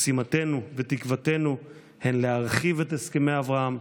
משימתנו ותקוותנו הן להרחיב את הסכמי אברהם,